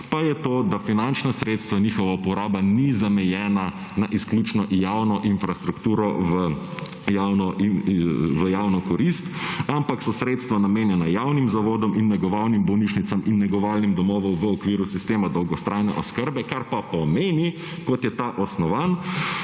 Pa je to, da finančna sredstva in njihova poraba ni zamejena na izključno javno infrastrukturo v javno korist, ampak so sredstva namenjena javnim zavodov in negovalnim bolnišnicam in negovalnim domovom v okviru sistema dolgotrajne oskrbe, kar pa pomeni, kot je ta osnovan,